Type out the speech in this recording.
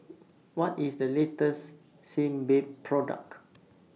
What IS The latest Sebamed Product